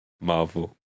Marvel